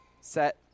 Set